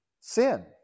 sin